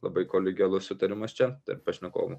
labai kolegialus sutarimas čia tarp pašnekovų